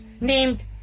named